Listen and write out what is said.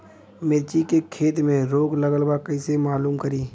मिर्ची के खेती में रोग लगल बा कईसे मालूम करि?